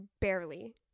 Barely